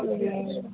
ओ